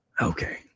Okay